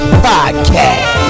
podcast